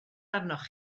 arnoch